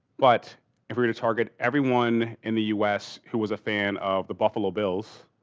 but if we were to target everyone in the us who was a fan of the buffalo bills,